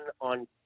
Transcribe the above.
on